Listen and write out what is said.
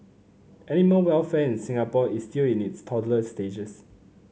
animal welfare in Singapore is still in its toddler stages